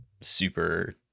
super